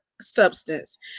substance